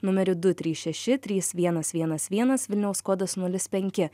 numeriu du trys šeši trys vienas vienas vienas vilniaus kodas nulis penki